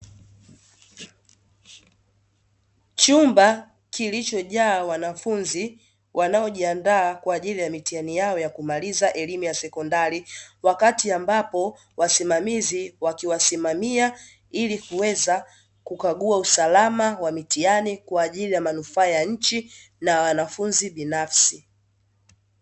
Chumba kilichojaa wanafunzi wanaojiandaa kwaajili ya mitihani yao ya kumaliza elimu ya sekondari, wakati ambapo wasimamizi wakiwasimamia ili kuweza kukagua usalama wa mitihani kwaajili ya manufaa ya nchi na wanafunzi binafsi.